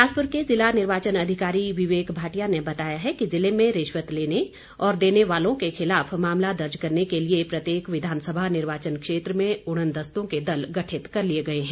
बिलासपूर को जिला निर्वाचन अधिकारी विवेक भाटिया ने बताया है कि जिले में रिश्वत लेने और देने वालों के खिलाफ मामला दर्ज करने के लिये प्रत्येक विधानसभा निर्वाचन क्षेत्र में उड़नदस्तों के दल गठित कर लिये गए हैं